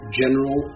general